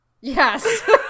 Yes